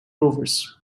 rovers